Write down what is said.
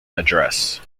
address